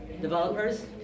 Developers